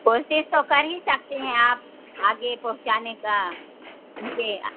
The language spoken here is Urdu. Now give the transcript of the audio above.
کوشش تو کر ہی سکتے ہیں آپ آگے پہنچانے کا ان کے